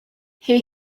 here